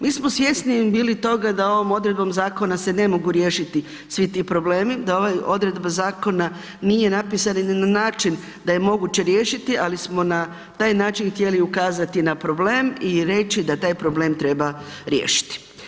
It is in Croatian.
Mi smo svjesni bili toga da ovom odredbom zakona se ne mogu riješiti svi ti problemi, da ova odredba zakona nije napisana i na način da je moguće riješiti ali smo na taj način htjeli ukazati na problem i reći da taj problem treba riješiti.